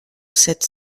sept